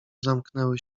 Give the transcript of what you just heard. zamknęły